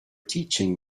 teaching